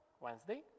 Wednesday